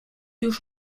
już